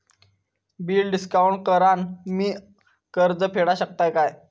Bill discount करान मी कर्ज फेडा शकताय काय?